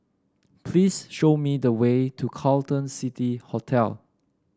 please show me the way to Carlton City Hotel